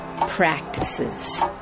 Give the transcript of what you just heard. practices